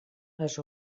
les